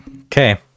Okay